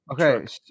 Okay